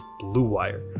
BLUEWIRE